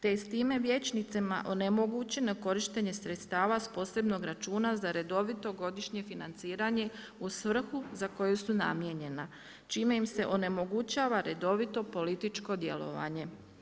Te je s time vijećnicima onemogućeno korištenje sredstava s posebnog računa za redovito godišnje financiranje u svrhu za koju su namijenjena čime im se onemogućava redovito političko djelovanje.